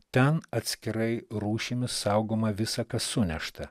ten atskirai rūšimis saugoma visa kas sunešta